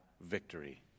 victory